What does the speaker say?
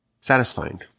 satisfying